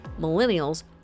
millennials